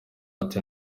ati